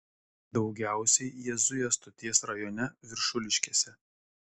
daugiausiai jie zuja stoties rajone viršuliškėse